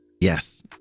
Yes